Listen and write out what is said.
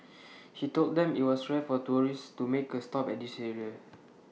he told them IT was rare for tourists to make A stop at this area